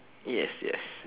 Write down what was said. yes yes